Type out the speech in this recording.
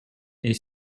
est